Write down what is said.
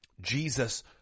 Jesus